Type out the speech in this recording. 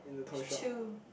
two